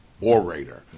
orator